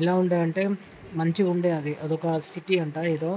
ఎలా ఉండంటే మంచిగుండే అది ఒక సిటీ అంటా ఎదో